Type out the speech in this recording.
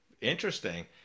interesting